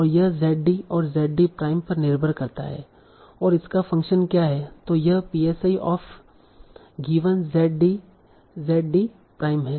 और यह z d और z d प्राइम पर निर्भर करता है और इसका फंक्शन क्या है तों यह psi of given z d z d prime है